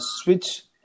switch